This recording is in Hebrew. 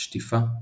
שטיפה,